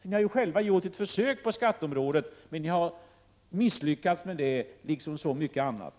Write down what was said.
Ni har ju själva gjort ett försök på skatteområdet, men ni har misslyckats med det liksom med så mycket annat.